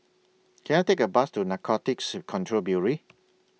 Can I Take A Bus to Narcotics Control Bureau